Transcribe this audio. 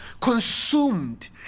consumed